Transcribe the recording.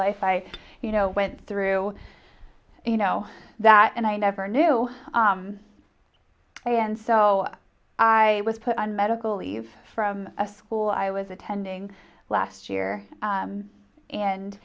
life i you know went through you know that and i never knew and so i was put on medical leave from a school i was attending last year and and